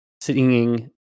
singing